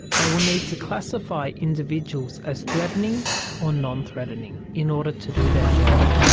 they will need to classify individuals as threatening or non-threatening in order to do their job.